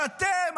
שאתם,